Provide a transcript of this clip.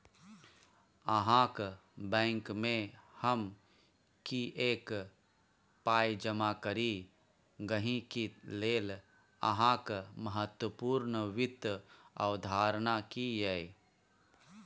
अहाँक बैंकमे हम किएक पाय जमा करी गहिंकी लेल अहाँक महत्वपूर्ण वित्त अवधारणा की यै?